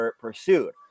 pursued